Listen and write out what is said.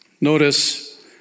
notice